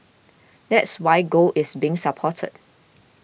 that's why gold is being supported